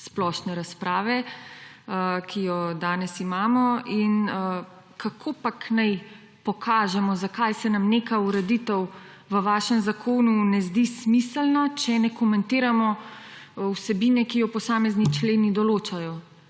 splošne razprave, ki jo danes imamo. Kako pa naj pokažemo, zakaj se nam neka ureditev v vašem zakonu ne zdi smiselna, če ne komentiramo vsebine, ki jo posamezni členi določajo?